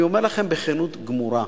אני אומר לכם בכנות גמורה,